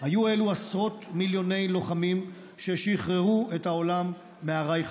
היו עשרות מיליוני לוחמים ששחררו את העולם מהרייך